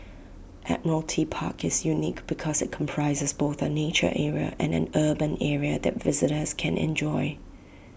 Admiralty Park is unique because IT comprises both A nature area and an urban area that visitors can enjoy